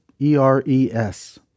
E-R-E-S